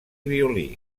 violí